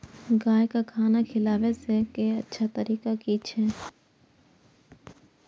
गाय का खाना खिलाबे के अच्छा तरीका की छे?